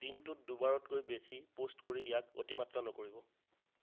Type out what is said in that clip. দিনটোত দুবাৰতকৈ বেছি পোষ্ট কৰি ইয়াক অতিমাত্ৰা নকৰিব